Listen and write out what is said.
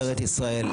משטרת ישראל.